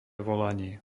volanie